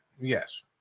Yes